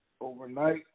overnight